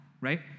right